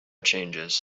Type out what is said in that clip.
changes